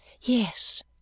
Yes